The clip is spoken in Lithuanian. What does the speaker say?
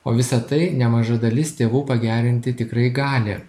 o visa tai nemaža dalis tėvų pagerinti tikrai gali